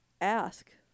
Ask